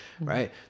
right